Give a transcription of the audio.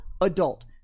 adult